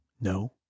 No